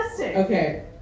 okay